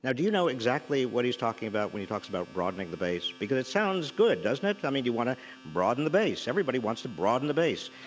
do you know exactly what he's talking about when he talks about broadening the base? because it sounds good, doesn't it? i mean, you want to broaden the base everybody wants to broaden the base.